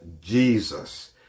Jesus